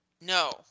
no